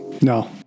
no